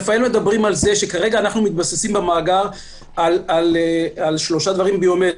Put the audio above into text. רפאל מדברים על זה שכרגע אנחנו מתבססים במאגר על שלושה דברים ביומטריים: